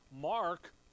Mark